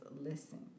listen